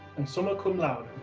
and summa cum laude.